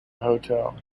hotel